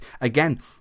again